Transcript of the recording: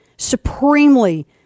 Supremely